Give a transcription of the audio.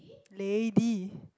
lady